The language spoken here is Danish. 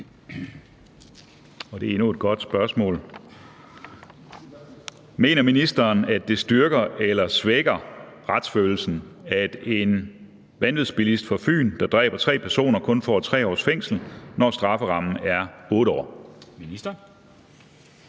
Det er jo endnu et godt spørgsmål: Mener ministeren, at det styrker eller svækker retsfølelsen, at en vanvidsbilist fra Fyn, der dræber tre personer, kun får 3 års fængsel, når strafferammen er 8 år? Kl.